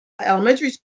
elementary